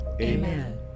Amen